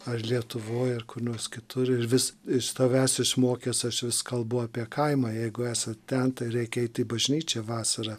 ar lietuvoj ar kur nors kitur ir vis iš tavęs išmokęs aš vis kalbu apie kaimą jeigu esat ten tai reikia eiti į bažnyčią vasarą